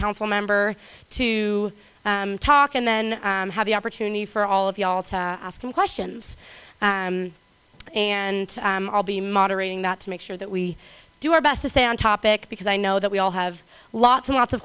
council member to talk and then have the opportunity for all of you all to ask him questions and i'll be moderating that to make sure that we do our best to stay on topic because i know that we all have lots and lots of